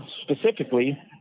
specifically